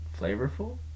flavorful